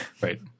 Right